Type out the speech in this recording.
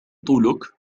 طولك